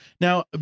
now